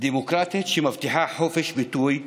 דמוקרטית שמבטיחה חופש ביטוי,